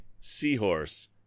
seahorse